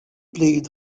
played